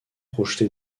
projeté